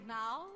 now